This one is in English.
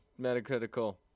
metacritical